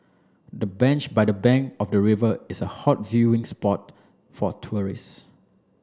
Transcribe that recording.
the bench by the bank of the river is a hot viewing spot for tourists